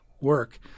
work